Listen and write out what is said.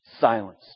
Silence